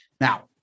Now